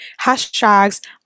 hashtags